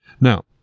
Now